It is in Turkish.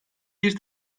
bir